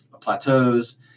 plateaus